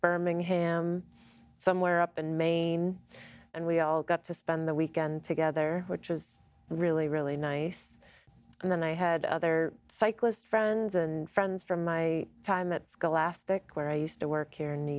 birmingham somewhere up in maine and we all got to spend the weekend together which was really really nice and then i had other cyclist friends and friends from my time at scholastic where i used to work here in new